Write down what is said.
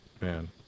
man